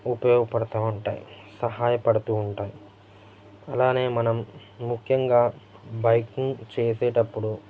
ఉపయోగపడతూ ఉంటాయి సహాయపడుతూ ఉంటాయి అలానే మనం ముఖ్యంగా బైకింగ్ చేసేటప్పుడు